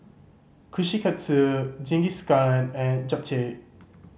Kushikatsu Jingisukan and Japchae